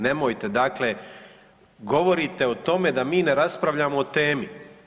Nemojte dakle, govorite o tome da mi ne raspravljamo o temi.